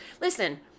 Listen